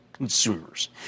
Consumers